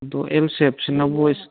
ꯑꯗꯨ ꯑꯦꯜ ꯁꯦꯞꯁꯤꯅ ꯕꯣꯏꯁ